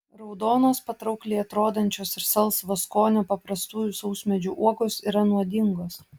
raudonos patraukliai atrodančios ir salsvo skonio paprastųjų sausmedžių uogos yra nuodingos